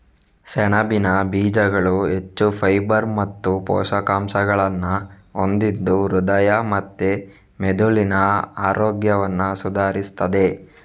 ಸೆಣಬಿನ ಬೀಜಗಳು ಹೆಚ್ಚು ಫೈಬರ್ ಮತ್ತು ಪೋಷಕಾಂಶಗಳನ್ನ ಹೊಂದಿದ್ದು ಹೃದಯ ಮತ್ತೆ ಮೆದುಳಿನ ಆರೋಗ್ಯವನ್ನ ಸುಧಾರಿಸ್ತದೆ